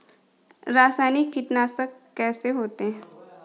रासायनिक कीटनाशक कैसे होते हैं?